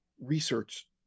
research